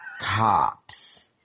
cops